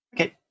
okay